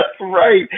right